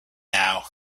now